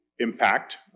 impact